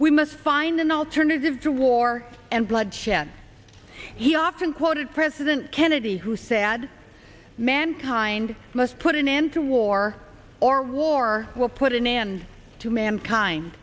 we must find an alternative to war and bloodshed he often quoted president kennedy who said mankind must put an end to war or war will put an end to mankind